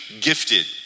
gifted